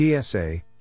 TSA